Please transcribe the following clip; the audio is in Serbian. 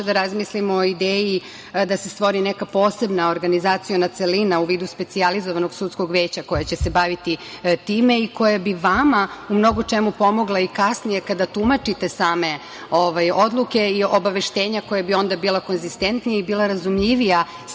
da razmislimo o ideji da se stvori neka posebna organizaciona celina u vidu specijalizovanog sudskog veća koja će se baviti time i koja bi vama u mnogo čemu pomogla i kasnije kada tumačite same odluke i obaveštenja koja bi onda bila koezistentnija i koja bi bila razumljivija svima